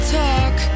talk